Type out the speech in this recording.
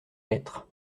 lettre